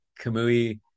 kamui